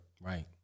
right